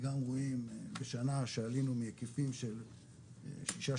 גם רואים בשנה שעלינו מהיקפים של שישה,